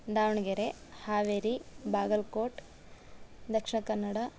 Davanagere Haveri Bagalkot Dakshina Kannada